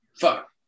Fuck